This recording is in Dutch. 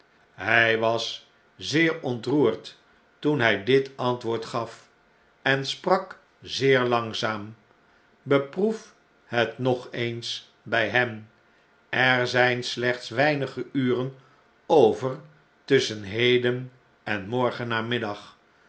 hfl was zeer ontroerd toen hn dit antwoord gaf en sprak zeer langzaam beproef het nog eens by hen er zn'n slechts weinige uren over tusschen heden en morgennamiddag